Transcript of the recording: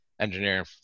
engineering